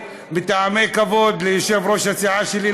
מטעמי כבוד ליושב-ראש הסיעה שלי,